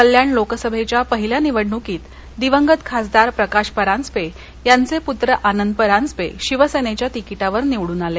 कल्याण लोकसभेच्या पहिल्या निवडणुकीत दिवंगत खासदार प्रकाश परांजपे यांचे पुत्र आनंद परांजपे शिवसेनेच्या तिकिटावर निवडून आले